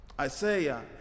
Isaiah